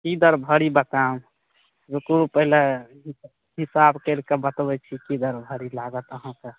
कि दर भरी बताउ रुकू पहिले हिसाब करिके बतबै छी कि दर भरी लागत अहाँकेँ